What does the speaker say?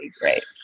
great